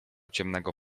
ciemnego